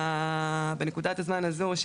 בנקודת הזמן הזו,